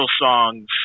songs